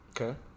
Okay